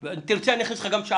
אם תרצה אני גם אכניס לך משך